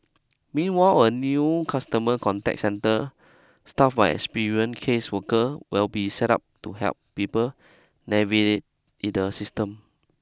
meanwhile a new customer contact centre staffed by experienced caseworkers will be set up to help people the system